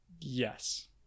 Yes